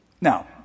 Now